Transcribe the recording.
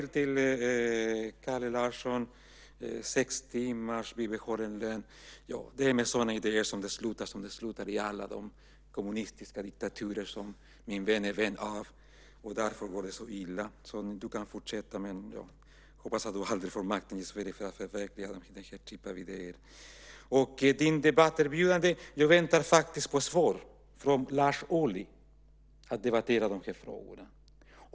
När det gäller sex timmar och bibehållen lön så är det med sådana idéer som det slutar som det gör i alla de kommunistiska diktaturer som min vän här är vän av. Därför går det så illa. Du kan fortsätta med detta, men jag hoppas att du aldrig får makten i Sverige och kan förverkliga den här typen av idéer. Vad gäller ditt debatterbjudande så väntar jag faktiskt på svar från Lars Ohly om att debattera de här frågorna.